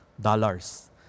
dollars